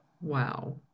Wow